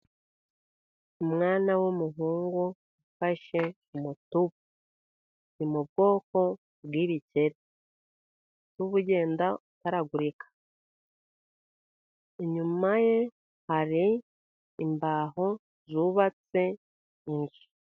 Umwana w'umuhungu ufashe umutubu. Ni mu bwoko bw'ibikeri kuko uba ugenda utaragurika. Inyuma ye hari imbaho zubatse inzu.